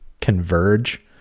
converge